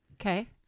okay